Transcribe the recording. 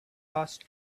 passed